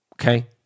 Okay